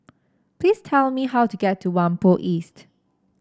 please tell me how to get to Whampoa East